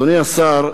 אדוני השר,